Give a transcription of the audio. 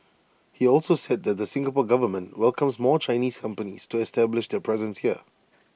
he also said the Singapore Government welcomes more Chinese companies to establish their presence here